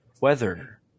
weather